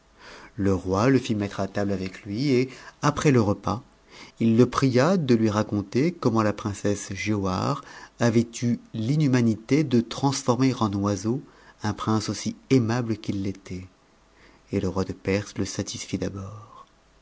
le roi le fit mettre à table avec lui et après le repas it e pria de lui raconter comment la princesse giaubare avait eu inhumanité de transformer en oiseau un prince aussi airname qu'il l'était et le roi de perse le satisfit d'abord